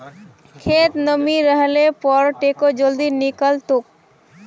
खेतत नमी रहले पर टेको जल्दी निकलतोक